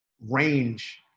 range